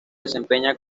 desempeña